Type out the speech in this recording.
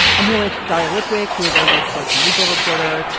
i'm here with dilithium, who is our lead courts and legal reporter,